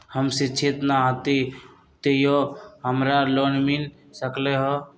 हम शिक्षित न हाति तयो हमरा लोन मिल सकलई ह?